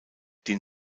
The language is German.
den